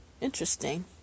Interesting